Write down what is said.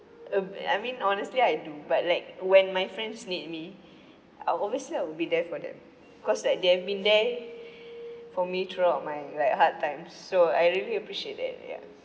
um I mean honestly I do but like when my friends need me I'll obviously I'll be there for them cause like they've been there for me throughout my like hard times so I really appreciate that ya